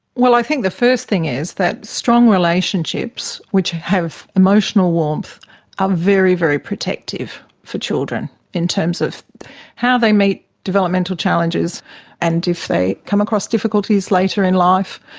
well, i think the first thing is that strong relationships which have emotional warmth are very, very protective for children in terms of how they meet developmental challenges and if they come across difficulties later in life,